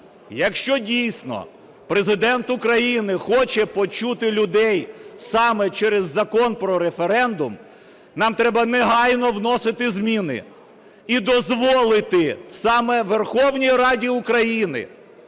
якщо дійсно Президент України хоче почути людей саме через Закон про референдум, нам треба негайно вносити зміни і дозволити саме Верховній Раді України